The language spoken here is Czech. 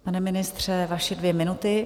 Pane ministře, vaše dvě minuty.